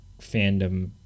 fandom